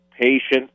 patient